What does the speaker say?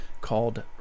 called